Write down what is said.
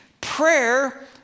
prayer